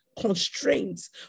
constraints